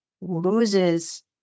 loses